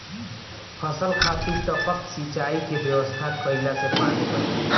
फसल खातिर टपक सिंचाई के व्यवस्था कइले से पानी बंची